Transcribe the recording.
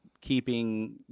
keeping